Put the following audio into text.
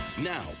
Now